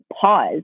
pause